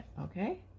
okay